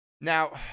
now